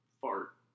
fart